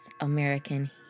American